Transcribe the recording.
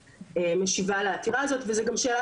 כי הצגנו נתונים גם שם,